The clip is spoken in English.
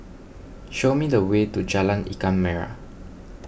show me the way to Jalan Ikan Merah